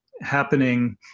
happening